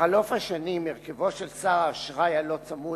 בחלוף השנים הרכבו של סל האשראי הלא-צמוד